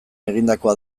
egindakoa